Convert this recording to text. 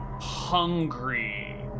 hungry